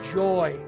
joy